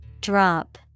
Drop